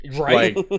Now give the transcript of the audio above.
Right